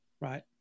right